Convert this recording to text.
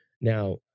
Now